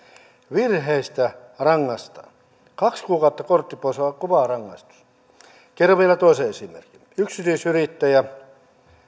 virheistä rangaistaan kaksi kuukautta kortti pois on kova rangaistus kerron vielä toisen esimerkin yksityisyrittäjä